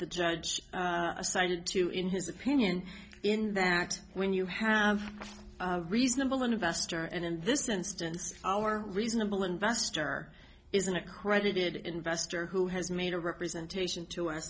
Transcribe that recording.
the judge decided to in his opinion in that when you have a reasonable investor and in this instance our reasonable investor is an accredited investor who has made a representation to